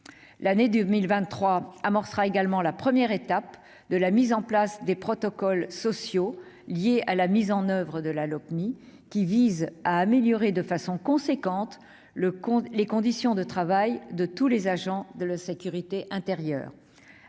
L'année 2023 amorcera également la première étape de la mise en place des protocoles sociaux liés à la mise en oeuvre de la Lopmi, qui visent à améliorer de façon substantielle les conditions de travail de tous les agents de la sécurité intérieure.